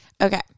Okay